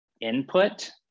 input